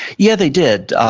yeah they did.